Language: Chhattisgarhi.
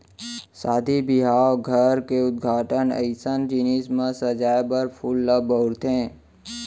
सादी बिहाव, घर के उद्घाटन अइसन जिनिस म सजाए बर फूल ल बउरथे